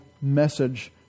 message